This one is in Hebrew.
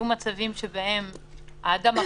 זאת אומרת שאנחנו בעצם נותנים מגוון כלים,